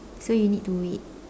so you need to wait